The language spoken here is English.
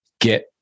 get